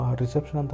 reception